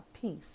peace